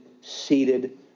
seated